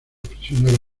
prisioneros